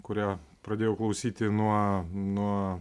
kurią pradėjau klausyti nuo nuo